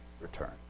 return